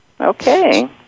Okay